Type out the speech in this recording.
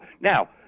Now